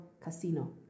Casino